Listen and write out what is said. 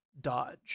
dodge